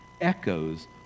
echoes